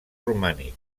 romànic